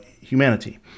humanity